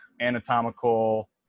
anatomical